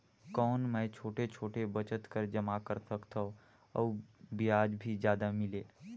कौन मै छोटे छोटे बचत कर जमा कर सकथव अउ ब्याज भी जादा मिले?